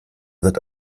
wird